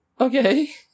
Okay